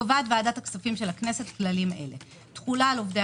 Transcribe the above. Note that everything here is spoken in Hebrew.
קובעת ועדת הכספים של הכנסת כללים אלה תחולה על עובדי